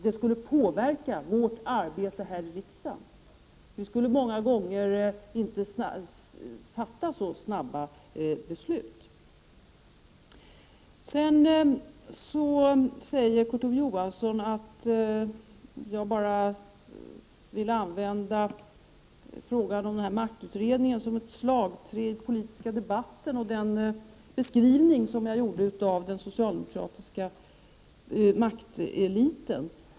Det skulle påverka vårt arbete här i riksdagen — vi skulle inte ofta fatta beslut så snabbt. Sedan säger Kurt Ove Johansson att jag bara vill använda frågan om maktutredningen och min beskrivning av den socialdemokratiska makteliten som slagträ i den politiska debatten.